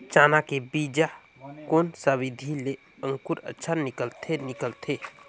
चाना के बीजा कोन सा विधि ले अंकुर अच्छा निकलथे निकलथे